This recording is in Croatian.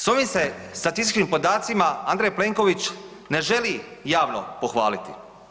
S ovim se statističkim podacima Andrej Plenković ne želi javno pohvaliti.